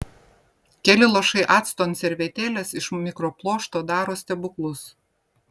keli lašai acto ant servetėlės iš mikropluošto daro stebuklus